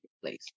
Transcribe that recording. place